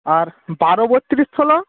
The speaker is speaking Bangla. আর বারো বত্তিরিশ ষোলো